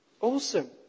Awesome